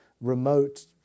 remote